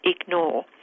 ignore